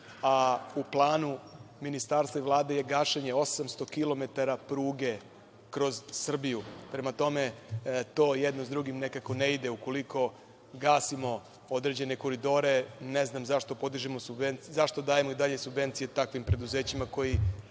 a u planu Ministarstva i Vlade je gašenje 800 kilometara pruge kroz Srbiju. Prema tome, to jedno s drugim nekako ne ide. Ukoliko gasimo određene koridore, ne znam zašto dajemo i dalje subvencije takvim preduzećima koja